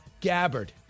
Gabbard